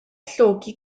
llogi